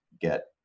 get